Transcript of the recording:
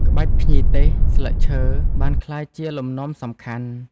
ក្បាច់ភ្ញីទេស (ស្លឹកឈើ) បានក្លាយជាលំនាំសំខាន់។